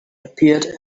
appeared